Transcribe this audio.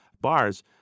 bars